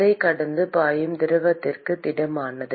அதைக் கடந்து பாயும் திரவத்திற்கு திடமானது